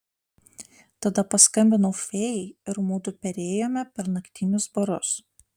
tada paskambinau fėjai ir mudu perėjome per naktinius barus